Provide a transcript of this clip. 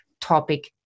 Topic